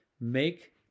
Make